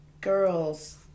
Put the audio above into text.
Girls